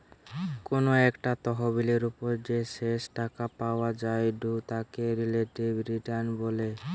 কোনো একটা তহবিলের ওপর যে শেষ টাকা পাওয়া জায়ঢু তাকে রিলেটিভ রিটার্ন বলে